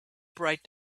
bright